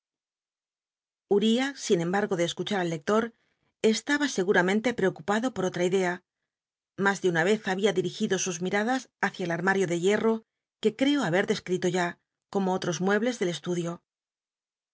uriah sin embargo de escuchar al lector estaba seguramente preocupado por otra idea mas de una vez había dirigido sus miradas hacia el armario de hierro que creo haber descrito ya como oltos muebles del estudio